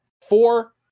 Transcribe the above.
Four